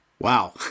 Wow